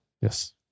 Yes